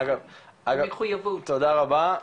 תודה רבה,